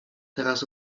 teraz